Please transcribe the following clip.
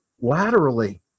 laterally